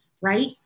right